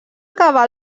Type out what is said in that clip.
acabar